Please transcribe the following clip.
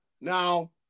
Now